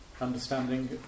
understanding